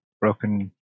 broken